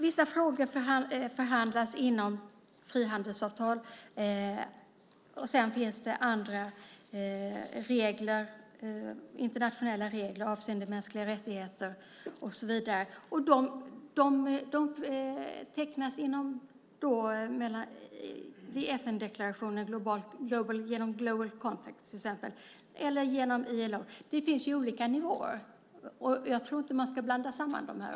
Vissa frågor förhandlas inom frihandelsavtal. Sedan finns det andra internationella regler avseende mänskliga rättigheter och så vidare. De tecknas i FN-deklarationer, till exempel genom Global Compact, eller genom ILO. Det finns olika nivåer, och jag tror inte att man ska blanda samman dem.